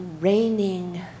raining